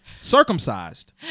circumcised